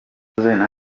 tom